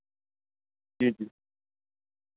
जी जी